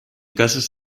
casos